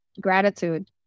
gratitude